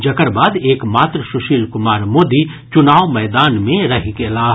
जकर बाद एक मात्र सुशील कुमार मोदी चुनाव मैदान मे रहि गेलाह